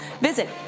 Visit